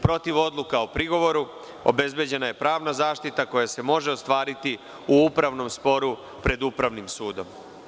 Protiv odluka o prigovoru obezbeđena je pravna zaštita koja se može ostvariti u upravnom sporu pred upravnim sudom.